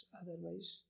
otherwise